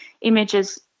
images